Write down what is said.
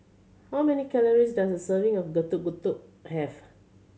how many calories does a serving of Getuk Getuk have